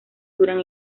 duran